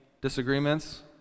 disagreements